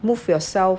move yourself